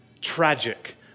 Tragic